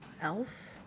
Elf